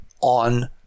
on